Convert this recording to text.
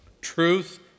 truth